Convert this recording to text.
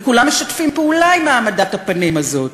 וכולם משתפים פעולה עם העמדת הפנים הזו.